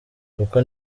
kuko